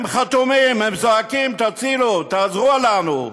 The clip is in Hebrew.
הם חתומים, הם זועקים: תצילו, תעזרו לנו.